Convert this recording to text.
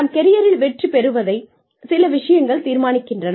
நாம் கெரியரில் வெற்றி பெறுவதை சில விஷயங்கள் தீர்மானிக்கின்றன